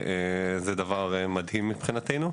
זה דבר מדהים מבחינתנו.